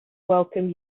welcome